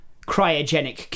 cryogenic